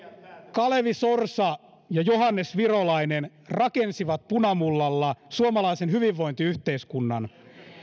kalevi sorsa ja johannes virolainen rakensivat punamullalla suomalaisen hyvinvointiyhteiskunnan